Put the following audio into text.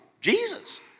Jesus